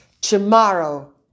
Tomorrow